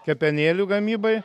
kepenėlių gamybai